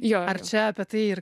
jo ar čia apie tai ir